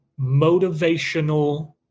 motivational